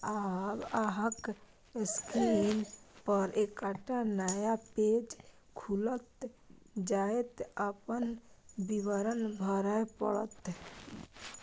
आब अहांक स्क्रीन पर एकटा नया पेज खुलत, जतय अपन विवरण भरय पड़त